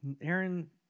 Aaron